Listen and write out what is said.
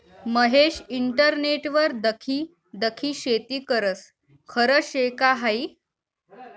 महेश इंटरनेटवर दखी दखी शेती करस? खरं शे का हायी